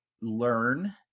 learn